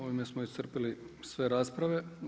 Ovime smo iscrpili sve rasprave.